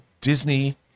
Disney